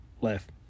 left